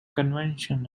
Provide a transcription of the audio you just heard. conventions